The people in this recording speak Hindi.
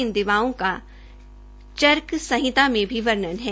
इन दवाओं का चर्क संहिता में भी वर्णन है